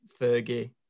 Fergie